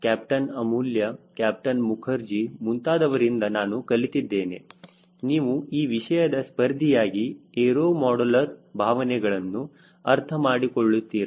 captain Amulya captain Mukherjee ಮುಂತಾದವರಿಂದ ನಾನು ಕಲಿತಿದ್ದೇನೆ ನೀವು ಈ ವಿಷಯದ ಸ್ಪರ್ಧಿಯಾಗಿ ಏರೋ ಮಾಡಲರ್ ಭಾವನೆಗಳನ್ನು ಅರ್ಥಮಾಡಿಕೊಳ್ಳುತ್ತೀರಾ